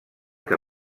que